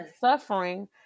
suffering